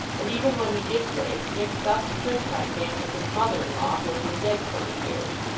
and even when he did wake, mixed up the turnpike man with his mother-in-law who had been dead twenty years.